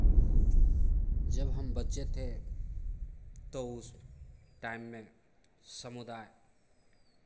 जब हम बच्चे थे तो उस टाइम में समुदाय